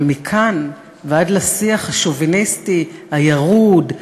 אבל מכאן ועד לשיח השוביניסטי הירוד,